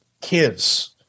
kids